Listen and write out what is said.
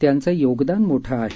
त्यांचं योगदान मोठं आहे